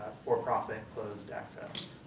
for-profit closed access.